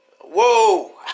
Whoa